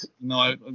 No